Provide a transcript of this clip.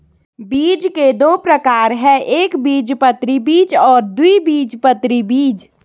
बीज के दो प्रकार है एकबीजपत्री बीज और द्विबीजपत्री बीज